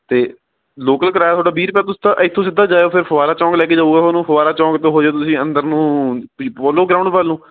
ਅਤੇ ਲੋਕਲ ਕਿਰਾਇਆ ਤੁਹਾਡਾ ਵੀਹ ਰੁਪਏ ਤੁਸੀਂ ਤਾਂ ਇੱਥੋਂ ਸਿੱਧਾ ਜਾਇਓ ਫਿਰ ਫੁਆਰਾ ਚੌਂਕ ਲੈ ਕੇ ਜਾਊਗਾ ਤੁਹਾਨੂੰ ਫੁਆਰਾ ਚੌਂਕ ਤੋਂ ਹੋ ਜਾਇਓ ਤੁਸੀਂ ਅੰਦਰ ਨੂੰ ਪੀ ਪੋਲੋ ਗਰਾਊਂਡ ਵੱਲ ਨੂੰ